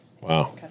Wow